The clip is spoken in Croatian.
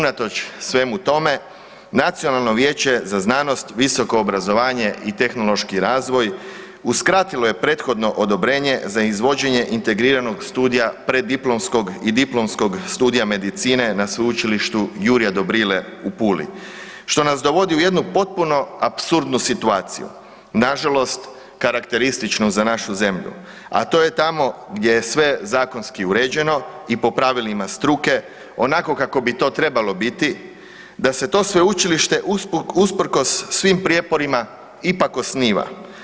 Unatoč svemu tome Nacionalno vijeće za znanost, visoko obrazovanje i tehnološki razvoj uskratilo je prethodno odobrenje za izvođenje integriranog studija preddiplomskog i diplomskog studija medicine na Sveučilištu Jurja Dobrile u Puli što nas dovodi u jednu potpuno apsurdnu situaciju, nažalost karakterističnu za našu zemlju, a to je tamo gdje je sve zakonski uređeno i po pravilima struke onako kako bi to trebalo biti da se to sveučilište usprkos svim prijeporima ipak osniva.